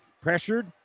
Pressured